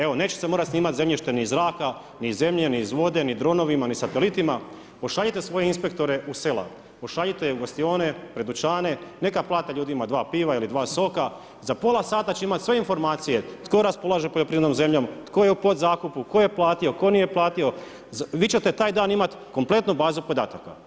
Evo, neće se morati snimati zemljište ni iz zraka, ni iz vode, ni dronovima, ni satelitima, pošaljite svoje inspektore u sela, pošaljite ih u gostione, pred dućane, neka plate ljudima 2 piva, ili 2 soka, za pola sata će imati sve informacije, tko raspolaže poljoprivrednom zemljom, tko je u podzakupu, tko nije platio, vi ćete taj dan imati kompletnu bazu podataka.